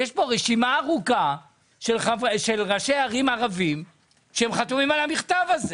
רשימה ארוכה של ראשי ערים ערביות שחתומים על המכתב הזה.